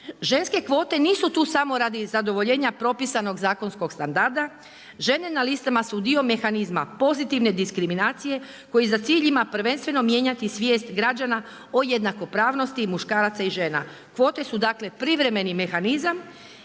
Ženske kvote nisu tu samo radi zadovoljenja propisanog zakonskog standarda, žene na listama su dio mehanizma, pozitivne diskriminacije, koji za cilj ima prvenstveno ima mijenjati svijest građana o jednakopravnosti muškaraca i žena. Kvote su privremeni mehanizam